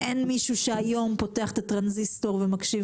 אין מישהו שהיום פותח את הטרנזיסטור ומקשיב